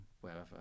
wherever